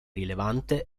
rilevante